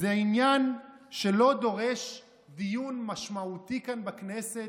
זה עניין שלא דורש דיון משמעותי כאן בכנסת,